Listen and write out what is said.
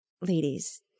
ladies